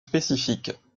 spécifiques